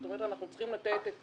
זאת אומרת אנחנו צריכים לתת את